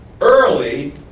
Early